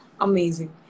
amazing